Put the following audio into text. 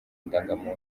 ndangamuntu